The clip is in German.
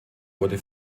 wurde